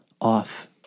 off